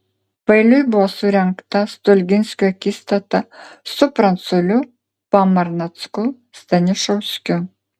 paeiliui buvo surengta stulginskio akistata su pranculiu pamarnacku stanišauskiu